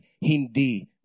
hindi